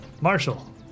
Marshall